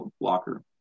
blocker